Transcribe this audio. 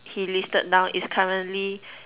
he listed down is currently